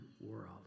world